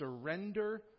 surrender